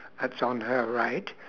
that's on her right